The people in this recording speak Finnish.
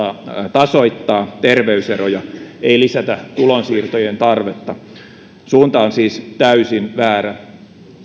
tasoittaa terveyseroja ei lisätä tulonsiirtojen tarvetta suunta on siis täysin väärä